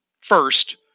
First